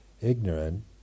ignorant